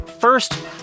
first